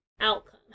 outcome